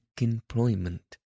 employment